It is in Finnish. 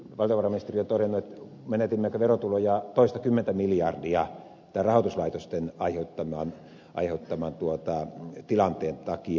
valtiovarainministeriö on todennut että menetimme verotuloja toistakymmentä miljardia rahoituslaitosten aiheuttaman tilanteen takia